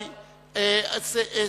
לחלופין,